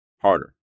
harder